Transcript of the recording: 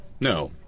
No